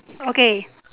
okay